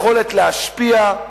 יכולת להשפיע,